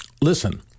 Listen